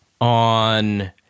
on